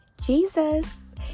jesus